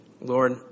Lord